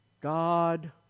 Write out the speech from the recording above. God